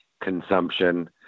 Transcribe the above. consumption